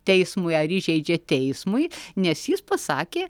teismui ar įžeidžia teismui nes jis pasakė